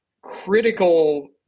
critical